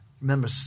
remember